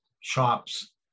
shops